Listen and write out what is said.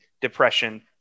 depression